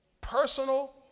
Personal